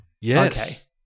Yes